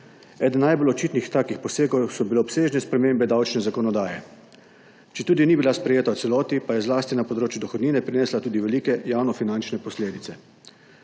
Eden najbolj očitnih takih posegov so bile obsežne spremembe davčne zakonodaje. Četudi ni bila sprejela v celoti, pa je zlasti na področju dohodnine prinesla tudi velike javnofinančne posledice.